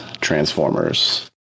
Transformers